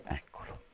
eccolo